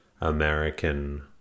American